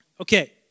Okay